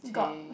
they